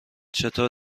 چطور